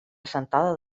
assentada